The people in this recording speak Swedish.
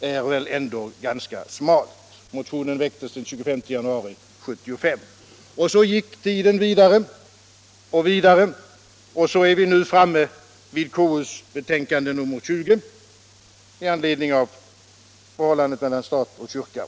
är väl ändå ganska smal. Motionen väcktes den 25 januari 1975. Så gick tiden vidare och vidare. Nu är vi framme vid KU:s betänkande nr 20 rörande förhållandet mellan stat och kyrka.